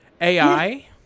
AI